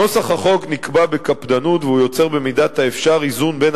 נוסח החוק נקבע בקפדנות והוא יוצר במידת האפשר איזון בין